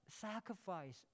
sacrifice